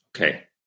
Okay